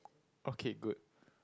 okay good